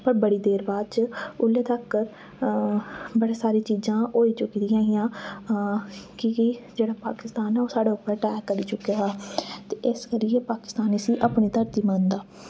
पर बड़ी देर बाद च उल्ले तक बड़ी सारी चीजां होई चुकी दियां हियां कि के जेह्ड़ा पाकिस्तान ऐ ओह् साढ़े उप्पर अटैक करी चुके दा हा ते इस करियै पाकिस्तान इस्सी अपनी धरती मनदा